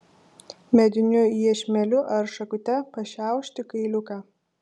mediniu iešmeliu ar šakute pašiaušti kailiuką